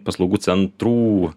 paslaugų centrų